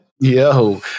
Yo